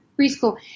preschool